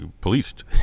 policed